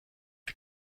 the